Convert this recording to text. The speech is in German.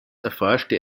erforschte